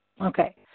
Okay